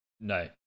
no